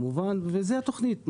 זו התכנית.